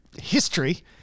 history